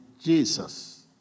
Jesus